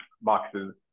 boxes